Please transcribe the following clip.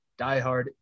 diehard